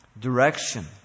direction